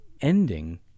ending